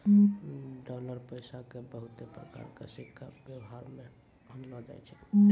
dollar पैसा के बहुते प्रकार के सिक्का वेवहार मे आनलो जाय छै